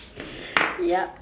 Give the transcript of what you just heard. yup